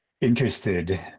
interested